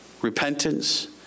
repentance